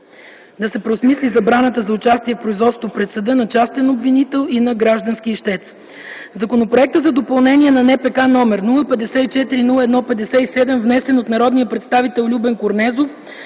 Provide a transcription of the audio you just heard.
да се преосмисли забраната за участие в производството пред съда на частен обвинител и на граждански ищец. Законопроектът за допълнение на Наказателно-процесуалния кодекс, № 054–01–57внесен от народния представител Любен Корнезов